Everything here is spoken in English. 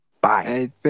bye